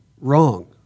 wrong